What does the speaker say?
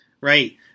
Right